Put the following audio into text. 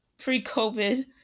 pre-COVID